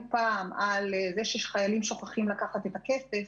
פעם על זה שחיילים שוכחים לקחת את הכסף